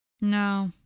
No